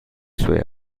sue